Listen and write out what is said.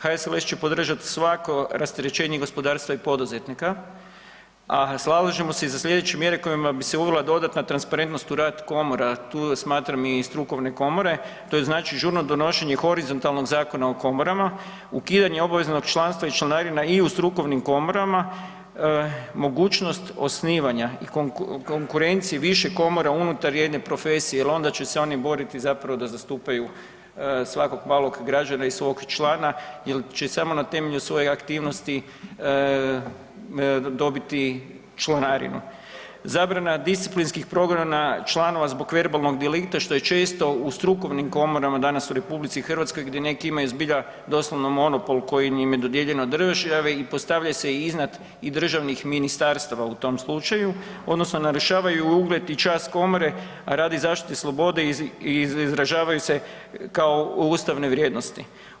HSLS će podržati svako rasterećenje gospodarstva i poduzetnika, a zalažemo se i za sljedeće mjere kojima bi se uvela dodatna transparentnost u rad komora, tu smatram i strukovne komore, to znači žurno donošenje horizontalnog Zakona o komorama, ukidanje obaveznog članstva i članarina i u strukovnim komorama, mogućnost osnivanja i konkurencije više komora unutar jedne profesije jel onda će se oni boriti zapravo da zastupaju svakog malog građanina i svog člana jer će samo na temelju svoje aktivnosti dobiti članarinu, zabrana disciplinskih … članova zbog verbalnog delikta što je često u strukovnim komorama danas u RH gdje neki imaju zbilja doslovno monopol koji im je dodijeljen od države i postavlja se iznad i državnih ministarstva u tom slučaju odnosno narušavaju ugled i čast komore, a radi zaštite slobode izražavaju se kao ustavne vrijednosti.